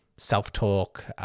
self-talk